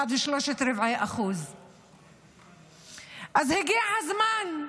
1.75%. אז הגיע הזמן,